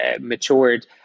matured